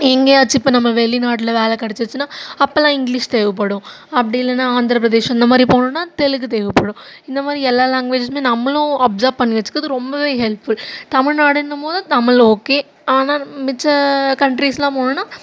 எங்கேயாச்சும் இப்போ நம்ம வெளிநாட்டில் வேலை கிடச்சிருச்சின்னா அப்பெல்லாம் இங்கிலீஷ் தேவைப்படும் அப்படி இல்லைன்னா ஆந்திரப்பிரதேஷ் இந்தமாதிரி போனோன்னால் தெலுங்கு தேவைப்படும் இந்தமாதிரி எல்லா லாங்குவேஜுமே நம்மளும் அப்சர்வ் பண்ணி வச்சுக்கிறது ரொம்பவே ஹெல்ப்ஃபுல் தமிழ்நாடுன்னும் போது தமிழ் ஓகே ஆனால் மிச்ச கன்ட்ரீஸெல்லாம் போனோன்னால்